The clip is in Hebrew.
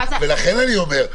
ולכן אני אומר,